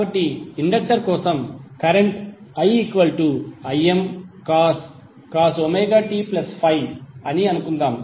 కాబట్టి ఇండక్టర్ కోసం current iImcos ωt∅ అని అనుకుందాం